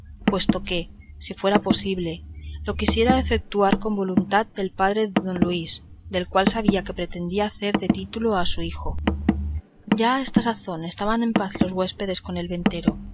puesto que si fuera posible lo quisiera efetuar con voluntad del padre de don luis del cual sabía que pretendía hacer de título a su hijo ya a esta sazón estaban en paz los huéspedes con el ventero